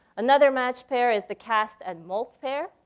another matched pair is the cast and molf pair.